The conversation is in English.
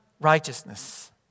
righteousness